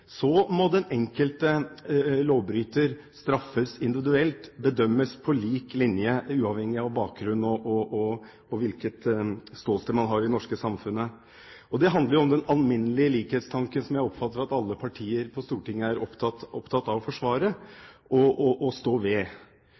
må den enkelte lovbryter straffes individuelt – bedømmes på like linje uavhengig av bakgrunn og hvilket ståsted man har i det norske samfunnet. Det handler jo om den alminnelige likhetstanken, som jeg oppfatter at alle partier på Stortinget er opptatt av å forsvare og stå ved. Spørsmålet blir hvordan man kan holde fast ved